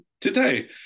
today